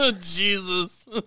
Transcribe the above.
Jesus